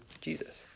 Jesus